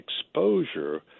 exposure